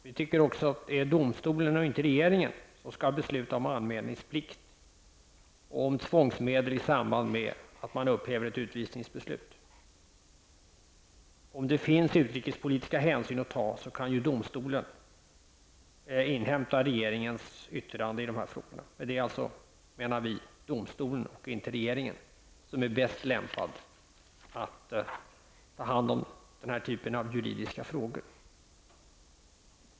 Vi tycker också att det är domstolen och inte regeringen som skall besluta om anmälningsplikt och om tvångsmedel i samband med att man upphäver ett utvisningsbeslut. Om det finns utrikespolitiska hänsyn att ta kan domstolen inhämta regeringens yttrande i denna fråga. Men det är alltid, menar vi, domstolen och inte regeringen som är bäst lämpad att ha hand om denna typ av juridiska frågor.